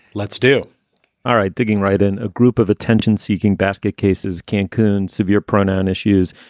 let's do all right. digging right in. a group of attention seeking basket cases can't coon's severe pron. um issues.